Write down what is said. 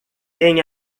quem